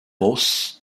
boss